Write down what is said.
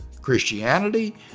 Christianity